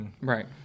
Right